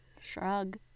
Shrug